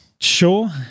Sure